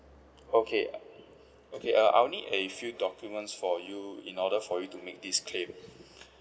okay okay uh I'll need a few documents for you in order for you to make this claim